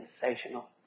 sensational